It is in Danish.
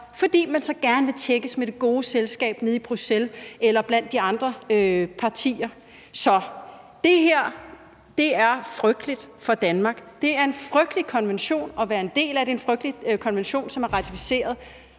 fordi man så gerne vil tækkes det gode selskab nede i Bruxelles eller blandt de andre partier. Det her er frygteligt for Danmark. Det er en frygtelig konvention at være en del af. Det er en frygtelig konvention, som er ratificeret.